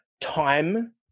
time